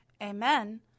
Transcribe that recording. Amen